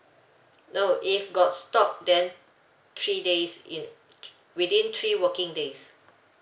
no if got stock then three days in within three working days